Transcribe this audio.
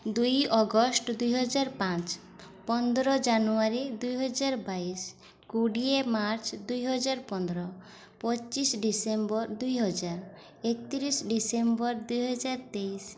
ଦୁଇ ଅଗଷ୍ଟ ଦୁଇହଜାର ପାଞ୍ଚ ପନ୍ଦର ଜାନୁଆରୀ ଦୁଇହଜାର ବାଇଶ କୋଡ଼ିଏ ମାର୍ଚ୍ଚ ଦୁଇହଜାର ପନ୍ଦର ପଚିଶ ଡିସେମ୍ବର ଦୁଇହଜାର ଏକତିରିଶ ଡିସେମ୍ବର ଦୁଇହଜାର ତେଇଶ